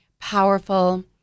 powerful